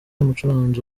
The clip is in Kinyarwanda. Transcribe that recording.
umucuranzi